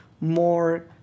more